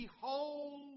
Behold